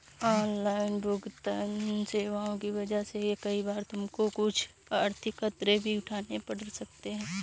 online भुगतन्न सेवाओं की वजह से कई बार तुमको कुछ आर्थिक खतरे भी उठाने पड़ सकते हैं